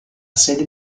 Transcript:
sede